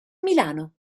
milano